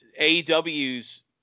AEW's